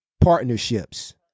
partnerships